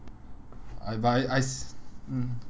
I but I I s~ mm